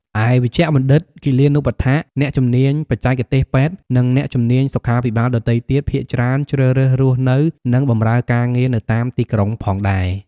ឯ វេជ្ជបណ្ឌិត គិលានុបដ្ឋាក អ្នកជំនាញបច្ចេកទេសពេទ្យ និងអ្នកជំនាញសុខាភិបាលដទៃទៀតភាគច្រើនជ្រើសរើសរស់នៅ និងបម្រើការងារនៅតាមទីក្រុងផងដែរ។